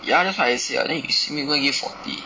ya that's what I said what then you say people give forty